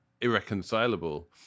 irreconcilable